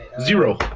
Zero